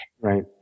Right